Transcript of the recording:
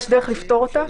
יש דרך לפתור אותה?